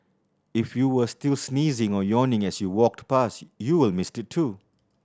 if you were still sneezing or yawning as you walked past you will miss it too